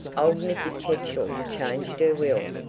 old mrs. ketchell changed her will,